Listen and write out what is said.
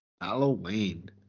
Halloween